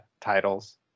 titles